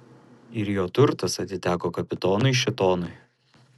ir jo turtas atiteko kapitonui šėtonui